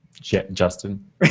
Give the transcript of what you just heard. Justin